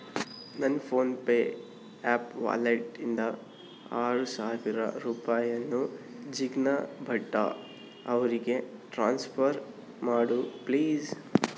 ನನ್ PhonePe app ವಾಲೆಟ್ಟಿಂದ ಆರು ಸಾವಿರ ರೂಪಾಯನ್ನು ಜಿಗ್ನ ಭಟ್ಟ ಅವ್ರಿಗೆ ಟ್ರಾನ್ಸ್ಫರ್ ಮಾಡು ಪ್ಲೀಸ್